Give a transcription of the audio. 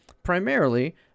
Primarily